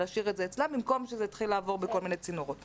להשאיר את זה אצלם במקום שזה יתחיל לעבור בכל מיני צינורות.